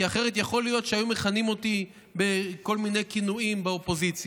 כי אחרת יכול להיות שהיו מכנים אותי בכל מיני כינויים באופוזיציה.